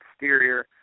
exterior